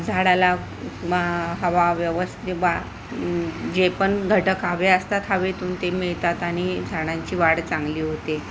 झाडाला मग हवा व्यवस्थित बा जे पण घटक हवे असतात हवेतून ते मिळतात आणि झाडांची वाढ चांगली होते